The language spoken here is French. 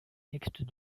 textes